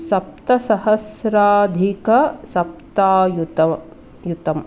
सप्त सप्तसहस्राधिकसप्तायुतम्